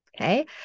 Okay